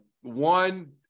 one